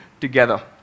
together